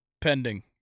Pending